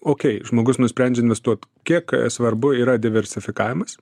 okei žmogus nusprendžia investuot kiek svarbu yra diversifikavimas